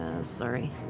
Sorry